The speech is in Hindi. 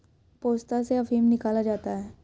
पोस्ता से अफीम निकाला जाता है